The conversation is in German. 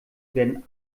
werden